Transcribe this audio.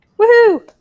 Woohoo